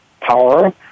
power